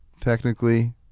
technically